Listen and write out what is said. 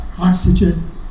oxygen